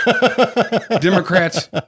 Democrats